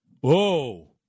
Whoa